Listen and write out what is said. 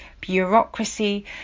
bureaucracy